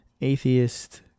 atheist